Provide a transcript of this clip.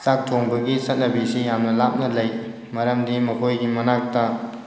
ꯆꯥꯛ ꯊꯣꯡꯕꯒꯤ ꯆꯠꯅꯕꯤꯁꯤ ꯌꯥꯝꯅ ꯂꯥꯞꯅ ꯂꯩ ꯃꯔꯝꯗꯤ ꯃꯈꯣꯏꯒꯤ ꯃꯅꯥꯛꯇ